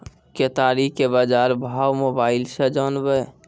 केताड़ी के बाजार भाव मोबाइल से जानवे?